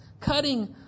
cutting